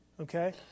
okay